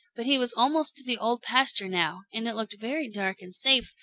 but he was almost to the old pasture now, and it looked very dark and safe,